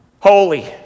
holy